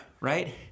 right